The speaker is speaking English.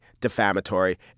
defamatory